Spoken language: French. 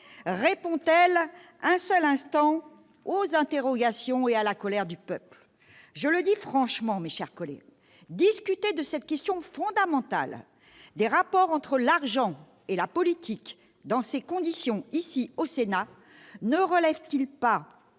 répond-elle un seul instant aux interrogations, à la colère du peuple ? Je le dis franchement, mes chers collègues, discuter de cette question fondamentale des rapports entre l'argent et la politique dans ces conditions, ici, au Sénat, ne relève-t-il pas